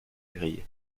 grille